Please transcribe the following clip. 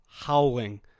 howling